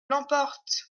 l’emporte